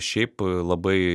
šiaip labai